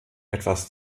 etwas